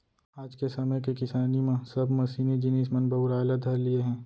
आज के समे के किसानी म सब मसीनी जिनिस मन बउराय ल धर लिये हें